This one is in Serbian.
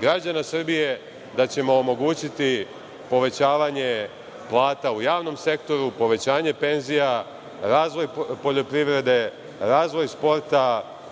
građana Srbije, da ćemo omogućiti povećavanje plata u javnom sektoru, povećanje penzija, razvoj poljprivrede, razvoj sporta,